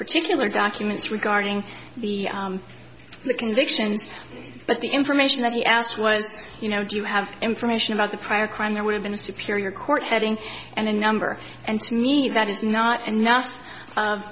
particular documents regarding the convictions but the information that he asked was you know do you have information about the prior crime there would have been a superior court heading and a number and to me that is not enough